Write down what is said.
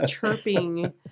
chirping